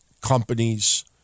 companies